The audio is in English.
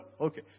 Okay